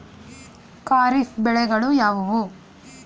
ಖಾರಿಫ್ ಬೆಳೆಗಳು ಯಾವುವು?